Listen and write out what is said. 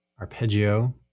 arpeggio